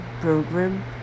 program